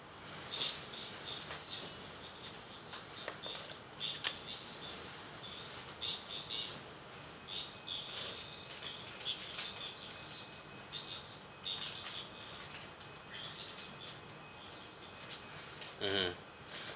mmhmm